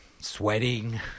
sweating